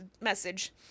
message